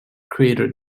crater